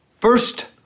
First